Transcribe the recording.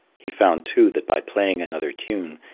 he found too that by playing another tune,